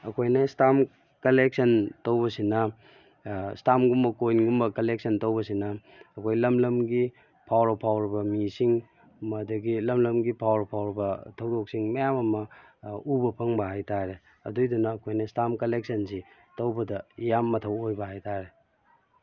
ꯑꯩꯈꯣꯏꯅ stamp collection ꯇꯧꯕꯁꯤꯅ ꯏꯁꯇꯥꯝꯒꯨꯝꯕ ꯀꯣꯏꯜꯒꯨꯝꯕ ꯀꯂꯦꯛꯁꯟ ꯇꯧꯕꯁꯤꯅ ꯑꯩꯈꯣꯏ ꯂꯝ ꯂꯝꯒꯤ ꯐꯥꯎꯔ ꯐꯥꯎꯔꯒ ꯃꯤꯁꯤꯡ ꯃꯗꯒꯤ ꯂꯝ ꯂꯝꯒꯤ ꯐꯥꯎꯔ ꯐꯥꯎꯔꯕ ꯊꯧꯗꯣꯛꯁꯤꯡ ꯃꯌꯥꯝ ꯑꯃ ꯎꯕ ꯐꯪꯕ ꯍꯥꯏꯇꯥꯔꯦ ꯑꯗꯨꯏꯗꯨꯅ ꯑꯩꯈꯣꯏꯅ ꯏꯁꯇꯥꯝ ꯀꯂꯦꯛꯁꯟꯁꯤ ꯇꯧꯕꯗ ꯌꯥꯝ ꯃꯊꯧ ꯑꯣꯏꯕ ꯍꯥꯏꯇꯥꯔꯦ